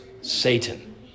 Satan